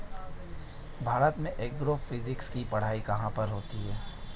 भारत में एग्रोफिजिक्स की पढ़ाई कहाँ पर होती है?